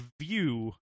view